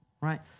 right